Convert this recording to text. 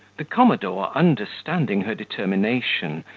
the commodore, understanding her determination,